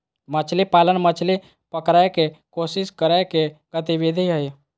मछली पालन, मछली पकड़य के कोशिश करय के गतिविधि हइ